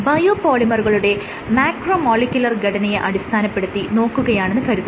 bio പോളിമറുകളുടെ macromolecular ഘടനയെ അടിസ്ഥാനപ്പെടുത്തി നോക്കുകയാണെന്ന് കരുതുക